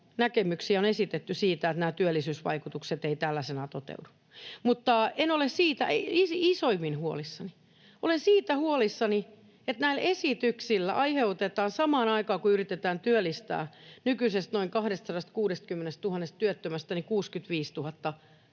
näkemyksiä on esitetty siitä, että nämä työllisyysvaikutukset eivät tällaisenaan toteudu. Mutta siitä en ole isoimmin huolissani. Olen huolissani siitä, että näillä esityksillä — samaan aikaan, kun yritetään työllistää nykyisistä noin 260 000 työttömästä 60 000